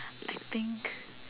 I think